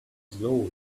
slowly